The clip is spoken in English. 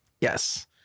yes